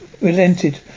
relented